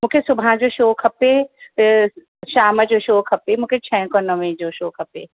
मूंखे सुभाणे जो शो खपे त शाम जो शो खपे मूंखे छह खां नवें जो शो खपे